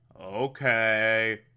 okay